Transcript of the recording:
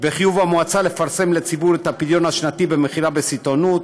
חיוב המועצה לפרסם לציבור את הפדיון השנתי במכירה בסיטונות,